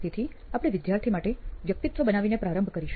તેથી આપણે વિદ્યાર્થી માટે વ્યકિતત્વ બનાવીને પ્રારંભ કરીશું